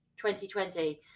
2020